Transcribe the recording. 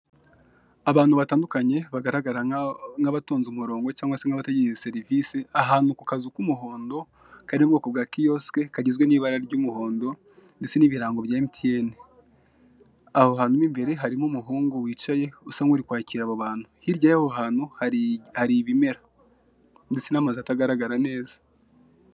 Abantu batandukanye bagaragara nk'abatonze umurongo cyangwa se nk'abategereje serivise, ahantu ku kazu k'umuhondo kari mu bwoko bwa kiyosike kagizwe n'ibara ry'umuhondo, ndetse n'ibirango bya mtn, aho hantu mo imbere harrimo umuhungu wicaye usa nkuri kwakira abo abantu, hirya y'aho hantu hari ibimera ndetse n'amazu atagaragara neza.